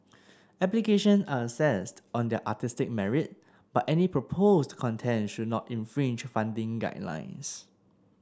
application are assessed on their artistic merit but any proposed content should not infringe funding guidelines